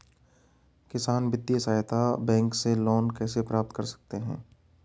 किसान वित्तीय सहायता बैंक से लोंन कैसे प्राप्त करते हैं?